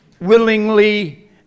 willingly